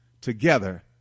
together